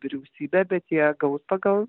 vyriausybė bet jie gaus pagal